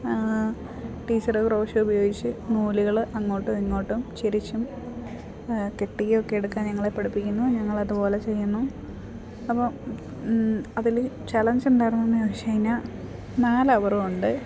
teacher crochet ഉപയോഗിച്ച് നൂലുകൾ അങ്ങോട്ടും ഇങ്ങോട്ടും ചെരിച്ചും കെട്ടിയും ഒക്കെ എടുക്കാൻ ഞങ്ങളെ പഠിപ്പിക്കുന്നു ഞങ്ങൾ അതുപോലെ ചെയ്യുന്നു അപ്പം അതിൽ ചലഞ്ച് ഉണ്ടായിരുന്നോ എന്ന് ചോദിച്ച് കഴിഞ്ഞാൽ നാല് അവറ് കൊണ്ട്